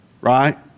right